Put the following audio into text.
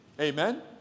Amen